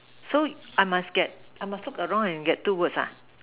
so I must get I must look around and get two words ah